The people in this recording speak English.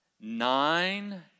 nine